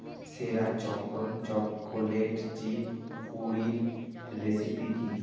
সেরা choco chocolate chip কুরির recipe কী